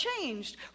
changed